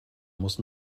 muss